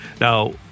Now